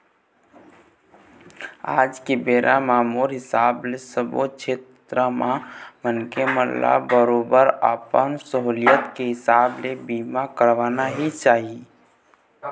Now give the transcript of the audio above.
आज के बेरा म मोर हिसाब ले सब्बो छेत्र म मनखे मन ल बरोबर अपन सहूलियत के हिसाब ले बीमा करवाना ही चाही